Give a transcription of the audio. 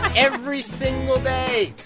every single day.